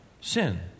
sin